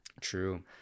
true